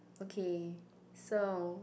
okay so